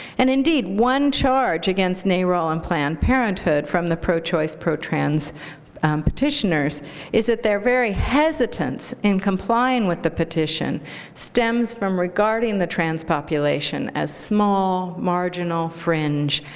and indeed, one charge against narol and planned parenthood from the pro-choice, pro-trans petitioners is that they're very hesitance in complying with the petition stems from regarding the trans population as small, marginal, fringe,